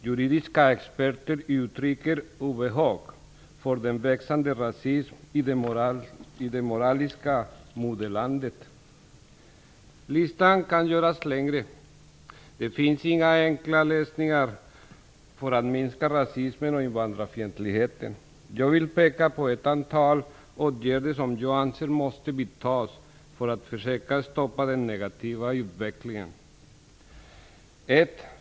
Juridiska experter uttrycker enligt artikeln "obehag" inför den växande rasismen i det "moraliska modellandet". Listan kan göras längre. Det finns inga enkla lösningar på hur man minskar rasismen och invandrarfientligheten. Jag vill peka på ett antal åtgärder som jag anser att vi måste vidta för att försöka stoppa den negativa utvecklingen. 1.